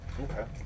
Okay